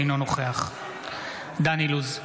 אינו נוכח דן אילוז,